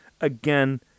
Again